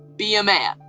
be a man.